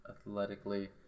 athletically